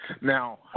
Now